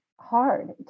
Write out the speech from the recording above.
hard